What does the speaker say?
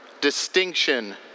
distinction